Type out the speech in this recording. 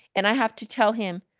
and i have to tell him,